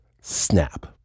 snap